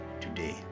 today